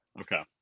Okay